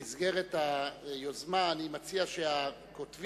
במסגרת היוזמה אני מציע שהכותבים